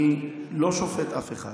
אני לא שופט אף אחד,